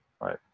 right